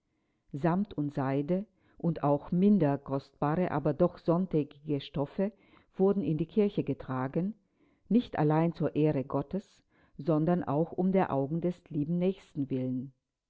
samt und seide und auch minder kostbare aber doch sonntägige stoffe wurden in die kirche getragen nicht allein zur ehre gottes sondern auch um der augen des lieben nächsten willen